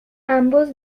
ambos